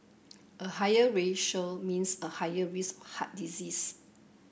a higher ratio means a higher risk heart disease